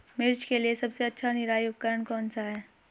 मिर्च के लिए सबसे अच्छा निराई उपकरण कौनसा है?